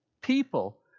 people